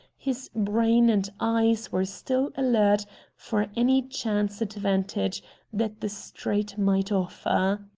his brain and eyes were still alert for any chance advantage that the street might offer.